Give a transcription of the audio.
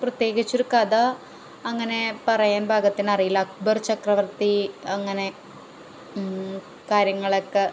പ്രിത്യേകിച്ചൊരു കഥ അങ്ങനേ പറയാൻ പാകത്തിനറിയില്ല അക്ബർ ചക്രവർത്തി അങ്ങനെ കാര്യങ്ങളൊക്കെ